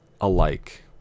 alike